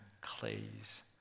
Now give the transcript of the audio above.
clays